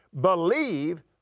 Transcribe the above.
Believe